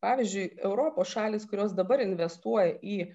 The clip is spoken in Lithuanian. pavyzdžiui europos šalys kurios dabar investuoja į